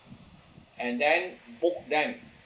and then booked them